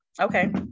Okay